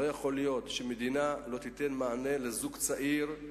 לא יכול להיות שהמדינה לא תיתן מענה לזוג צעיר.